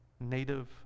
native